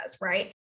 right